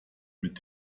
mit